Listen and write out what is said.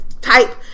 type